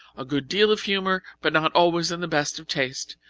a good deal of humour but not always in the best of taste.